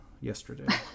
yesterday